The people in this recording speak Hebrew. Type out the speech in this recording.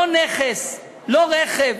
לא נכס, לא רכב.